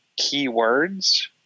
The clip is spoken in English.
keywords